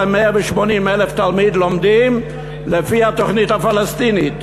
180,000 תלמיד לומדים לפי התוכנית הפלסטינית,